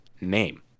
name